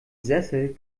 sessel